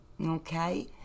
okay